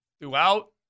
throughout